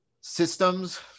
systems